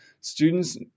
Students